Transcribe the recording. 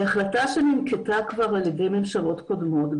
היא החלטה שננקטה כבר על ידי ממשלות קודמות,